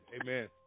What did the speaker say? Amen